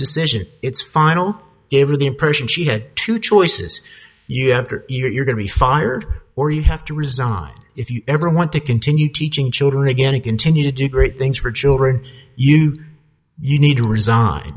decision it's final gave her the impression she had two choices you have to you're going to be fired or you have to resign if you ever want to continue teaching children again and continue to do great things for children you you need to resign